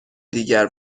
دیگر